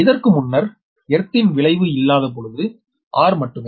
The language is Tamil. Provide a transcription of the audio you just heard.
இதற்க்கு முன்னர் எர்த் ன் விளைவு இல்லாத பொழுது r மட்டுமே